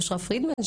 אושרה פרידמן,